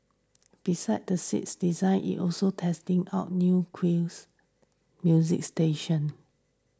besides the seats designs it also testing out new queues music station